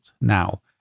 now